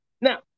Now